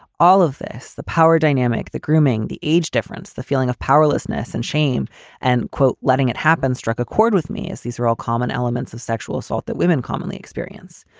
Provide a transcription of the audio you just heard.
all of this. the power dynamic, the grooming, the age difference, the feeling of powerlessness and shame and quote, letting it happen struck a chord with me as these are all common elements of sexual assault that women commonly experience.